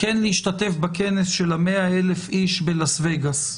כן להשתתף בכנס של ה-100,000 איש בלאס וגאס.